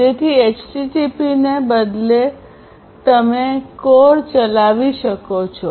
તેથી HTTP ને બદલે તમે CORE ચલાવી શકો છો